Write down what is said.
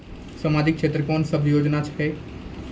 समाजिक क्षेत्र के कोन सब योजना होय छै?